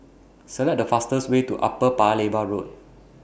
Select The fastest Way to Upper Paya Lebar Road